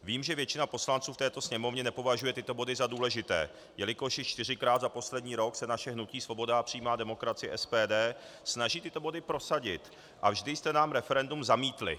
Vím, že většina poslanců v této Sněmovně nepovažuje tyto body za důležité, jelikož již čtyřikrát za poslední rok se naše hnutí Svoboda a přímá demokracie, SPD, snaží tyto body prosadit a vždy jste nám referendum zamítli.